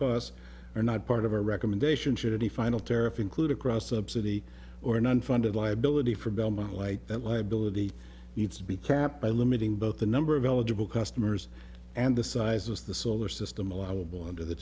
costs are not part of our recommendation should any final tariff include across subsidy or an unfunded liability for belmont like that liability needs to be kept by limiting both the number of eligible customers and the size of the solar system allowable under the